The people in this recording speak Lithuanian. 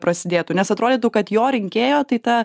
prasidėtų nes atrodytų kad jo rinkėjo tai ta